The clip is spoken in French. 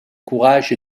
courage